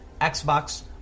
Xbox